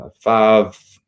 five